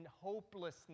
hopelessness